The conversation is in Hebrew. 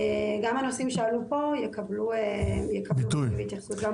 גם הנושאים שעלו פה יקבלו ביטוי והתייחסות.